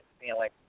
feeling